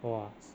!wahseh!